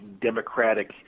democratic